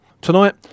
Tonight